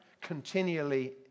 Continually